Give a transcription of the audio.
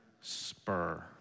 spur